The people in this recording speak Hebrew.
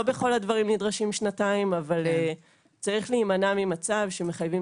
לא בכל הדברים נדרשים שנתיים אבל יש להימנע ממצב שמחייבים